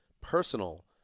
personal